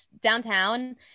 downtown